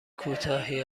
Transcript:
کوتاهی